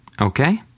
Okay